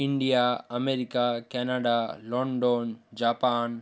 India America Canada London Japan